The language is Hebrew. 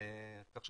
בקיוסקים שלהם,